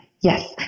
yes